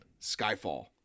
Skyfall